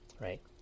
right